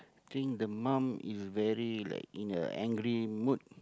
think the mum is very like in a angry mood